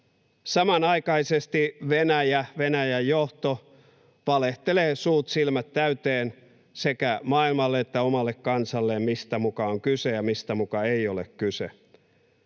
Samanaikaisesti Venäjän johto valehtelee suut silmät täyteen sekä maailmalle että omalle kansalleen, mistä muka on kyse ja mistä muka ei ole kyse.